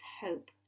hope